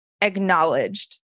acknowledged